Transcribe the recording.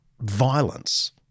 violence